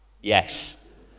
Yes